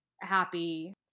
happy